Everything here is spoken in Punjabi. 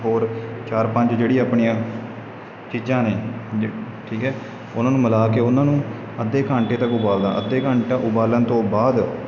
ਹੋਰ ਚਾਰ ਪੰਜ ਜਿਹੜੀ ਆਪਣੀਆਂ ਚੀਜ਼ਾਂ ਨੇ ਜ ਠੀਕ ਹੈ ਉਹਨਾਂ ਨੂੰ ਮਿਲਾ ਕੇ ਉਹਨਾਂ ਨੂੰ ਅੱਧੇ ਘੰਟੇ ਤੱਕ ਉਬਾਲਦਾ ਅੱਧਾ ਘੰਟਾ ਉਬਾਲਣ ਤੋਂ ਬਾਅਦ